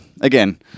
again